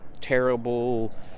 terrible